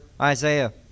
Isaiah